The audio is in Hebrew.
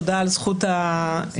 תודה על זכות הדיבור.